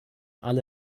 alle